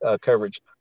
coverage